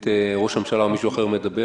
יש פה הרבה מאוד פרמטרים שאפשר להשתמש בהם.